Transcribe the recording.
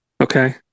okay